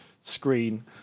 screen